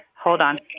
hold on.